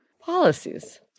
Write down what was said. Policies